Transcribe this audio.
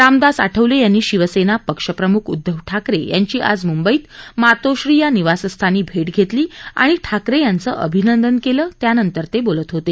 रामदास आठवले यांनी शिवसेना पक्षप्रम्ख उद्धव ठाकरे यांची आज म्ंबईत मातोश्री या निवासस्थानी भेट घेतली आणि ठाकरे यांचं अभिनंदन केलं त्यानंतर ते बोलत होते